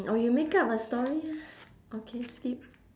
or you make up a story lah okay skip